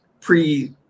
pre